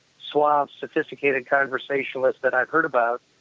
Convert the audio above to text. suave, sophisticated conversationalist that i've heard about,